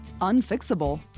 unfixable